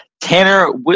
Tanner